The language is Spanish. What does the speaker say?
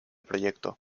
proyecto